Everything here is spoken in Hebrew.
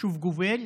תודה רבה.